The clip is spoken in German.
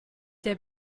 der